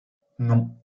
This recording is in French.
non